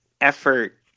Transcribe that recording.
effort